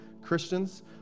Christians